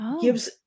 gives